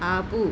ఆపు